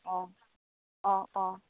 अ अ अ